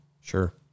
sure